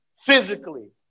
physically